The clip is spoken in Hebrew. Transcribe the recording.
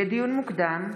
לדיון מוקדם,